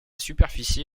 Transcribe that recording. superficie